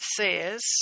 says